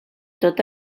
tot